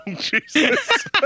Jesus